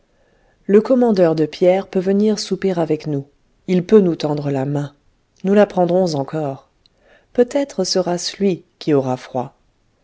le commandeur de pierre peut venir souper avec nous il peut nous tendre la main nous la prendrons encore peut-être sera-ce lui qui aura froid